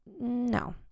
No